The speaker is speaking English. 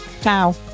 Ciao